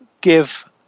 give